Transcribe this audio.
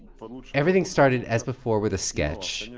but everything started as before, with a sketch,